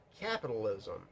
capitalism